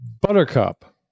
Buttercup